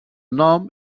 nom